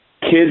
kids